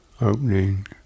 opening